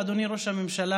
אדוני ראש הממשלה,